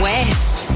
West